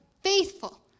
faithful